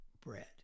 bread